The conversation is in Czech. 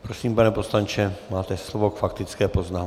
Prosím, pane poslanče, máte slovo k faktické poznámce.